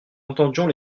entendions